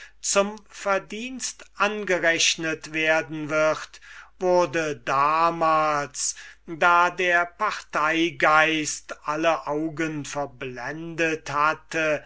zum verdienst angerechnet werden wird wurde damals da der parteigeist alle augen verblendet hatte